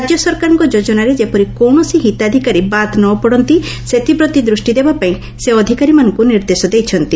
ରାଜ୍ୟ ସରକାରଙ୍କ ଯୋଜନାରେ ଯେପରି କୌଶସି ହିତାଧ୍କାରୀ ବାଦ ନ ପଡନ୍ତି ସେଥିପ୍ରତି ଦୃଷ୍କି ଦେବା ପାଇଁ ସେ ଅଧିକାରୀମାନଙ୍କୁ ନିର୍ଦ୍ଦେଶ ଦେଇଛନ୍ତି